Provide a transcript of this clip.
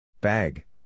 Bag